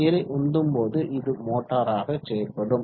நீரை உந்தும் போது இது மோட்டாராக செயல்படும்